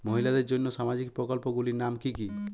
মহিলাদের জন্য সামাজিক প্রকল্প গুলির নাম কি কি?